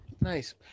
Nice